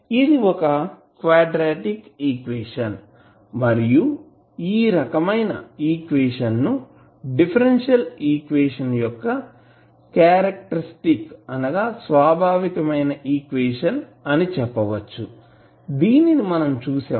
ఇది ఒక quadratic equation మరియు ఈ రకమైన ఈక్వేషన్ ను డిఫరెన్షియల్ ఈక్వేషన్స్ యొక్క స్వాభావికమైన క్యారక్టర్స్టిక్characteristic ఈక్వేషన్ అని చెప్పవచ్చు దీనిని మనం చూసాం